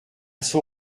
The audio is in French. son